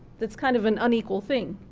that's kind of and unequal thing.